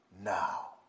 now